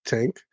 Tank